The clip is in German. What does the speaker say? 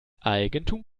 eigentum